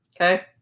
Okay